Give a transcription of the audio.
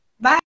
Bye